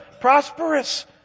prosperous